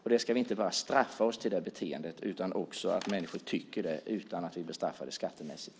Vi ska inte straffas till det beteendet, utan människor ska tycka det utan att bli straffade skattemässigt.